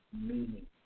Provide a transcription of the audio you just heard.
meaning